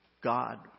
God